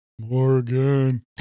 Morgan